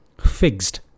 fixed